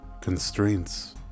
constraints